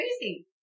crazy